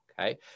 okay